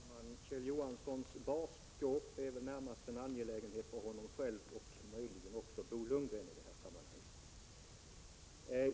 Fru talman! Kjell Johanssons barskåp är väl närmast en angelägenhet för honom själv och möjligen också för Bo Lundgren i det här sammanhanget.